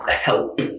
help